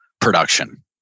production